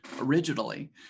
originally